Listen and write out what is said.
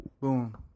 Boom